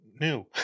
new